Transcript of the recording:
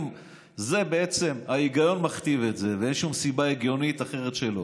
אם בעצם ההיגיון מכתיב את זה ואין שום סיבה הגיונית אחרת שלא,